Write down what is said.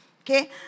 Okay